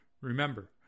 Remember